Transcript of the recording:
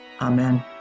Amen